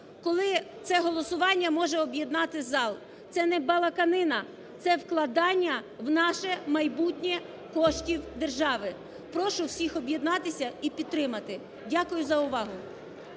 коли це голосування може об'єднати зал. Це не балаканина, це вкладання в наше майбутнє коштів держави. Прошу всіх об'єднатися і підтримати. Дякую за увагу.